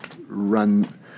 run